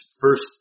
first